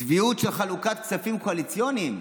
צביעות של חלוקת כספים קואליציוניים.